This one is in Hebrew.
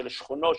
של שכונות,